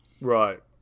Right